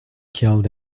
killed